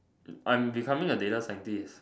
I'm becoming a data scientist